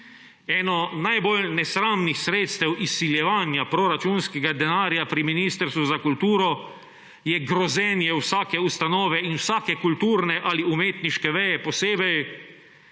Eno najbolj nesramnih sredstev izsiljevanja proračunskega denarja pri Ministrstvu za kulturo je grozenje vsake ustanove in vsake kulturne ali umetniške veje posebej,